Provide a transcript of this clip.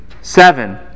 Seven